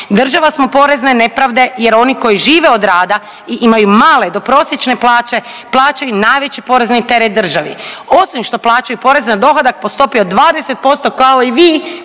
Država smo porezne nepravde jer oni koji žive od rada i imaju male do prosječne plaće plaćaju i najveći porezni teret državi. Osim što plaćaju porez na dohodak po stopi od 20% kao i vi